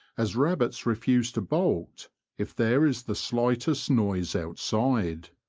as rabbits refuse to bolt if there is the slightest noise outside.